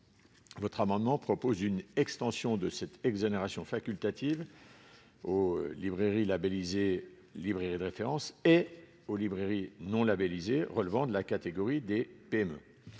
votre amendement propose une extension de cette exonération facultative aux librairies labellisées librairies de référence et aux librairies non labellisés relevant de la catégorie des PME,